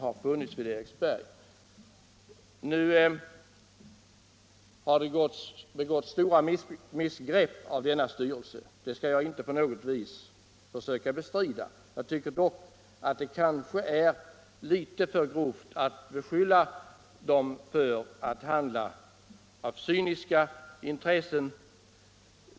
Jag skall inte på något vis försöka bestrida att den styrelsen har gjort missgrepp. Men jag tycker att det är litet för grovt att beskylla ledamöterna i styrelsen för att ha handlat av cyniska intressen.